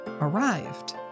arrived